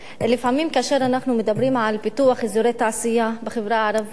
לפעמים כאשר אנחנו מדברים על פיתוח אזורי תעשייה בחברה הערבית,